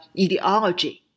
ideology